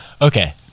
Okay